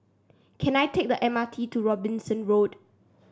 can I take the M R T to Robinson Road